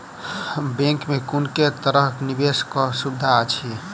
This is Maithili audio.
बैंक मे कुन केँ तरहक निवेश कऽ सुविधा अछि?